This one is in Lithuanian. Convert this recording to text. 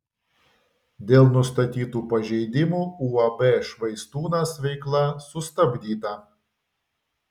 dėl nustatytų pažeidimų uab švaistūnas veikla sustabdyta